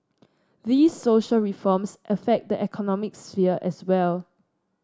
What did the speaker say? these social reforms affect the economic sphere as well